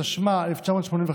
התשמ"ה 1985,